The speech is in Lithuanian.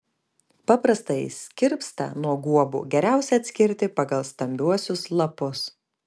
paprastąjį skirpstą nuo guobų geriausia atskirti pagal stambiuosius lapus